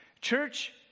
Church